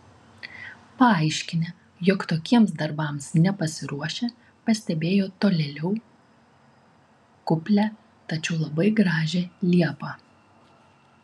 paaiškinę jog tokiems darbams nepasiruošę pastebėjo tolėliau kuplią tačiau labai gražią liepą